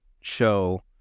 show